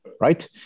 Right